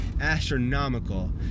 astronomical